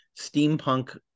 steampunk